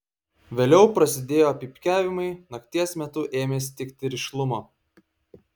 vėliau prasidėjo pypkiavimai nakties metui ėmė stigti rišlumo